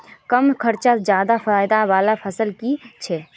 कम खर्चोत ज्यादा फायदा वाला फसल की छे?